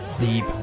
deep